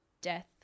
death